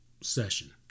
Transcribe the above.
session